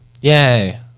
Yay